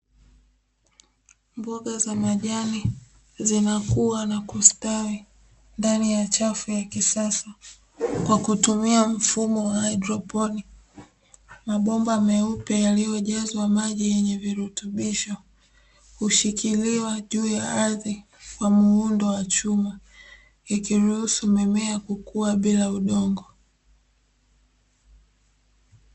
Mboga za majani zinakua na kusitawi ndani ya chafu ya kisasa, kwa kutumia mfumo wa haidroponi. Mabomba meupe yaliyojazwa maji yenye virutubisho hushikiliwa juu ya ardhi kwa muundo wa chuma, ikiruhusu mimea kukua bila udongo.